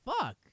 fuck